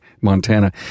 Montana